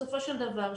בסופו של דבר,